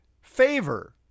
favor